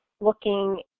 looking